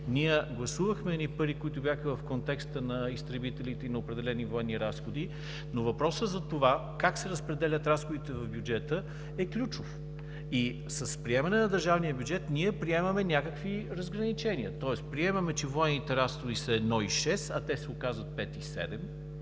Ние гласувахме едни пари, които бяха в контекста на изтребителите и на определени военни разходи, но въпросът за това как се разпределят разходите в бюджета, е ключов. С приемане на държавния бюджет ние приемаме някакви разграничения, тоест приемаме, че военните разходи са 1,6, а те се оказват 5,7.